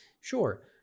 sure